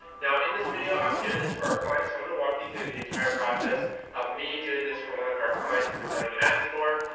now in this video, i'm doing this for our clients. i'm going to walk you through the entire process of me doing this for one of our clients, we were running ads for,